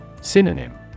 Synonym